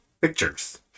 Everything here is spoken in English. pictures